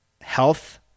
health